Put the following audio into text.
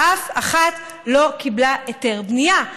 אף אחת לא קיבלה היתר בנייה.